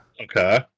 Okay